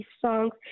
songs